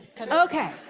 Okay